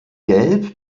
gelb